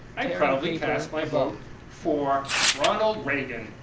i proudly cast my vote for ronald reagan.